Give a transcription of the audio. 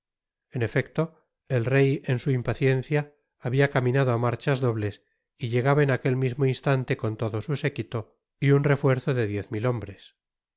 en efecto el rey en su impaciencia habia caminado á marchas dobles y llegaba en aquel mismo instante con todo sn séquito y un refuerzo de diez mil hombres